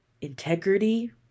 integrity